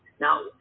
Now